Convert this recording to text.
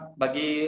bagi